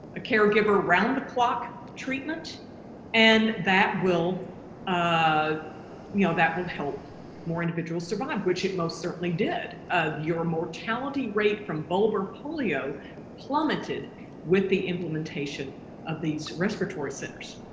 a caregiver, round-the-clock treatment and that will you ah know that will help more individuals survive which it most certainly did of your mortality rate from bulbar polio plummeted with the implementation of these respiratory centers.